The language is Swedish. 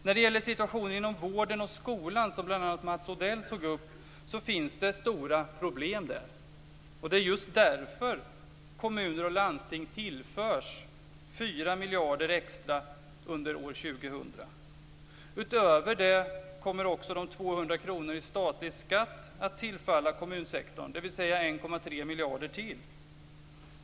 När det gäller situationen inom vården och skolan, som bl.a. Mats Odell tog upp, finns det stora problem. Det är just därför kommuner och landsting tillförs 4 miljarder extra under år 2000. Utöver det kommer också 200 kr i statlig skatt att tillfalla kommunsektorn, dvs. 1,3 miljarder till.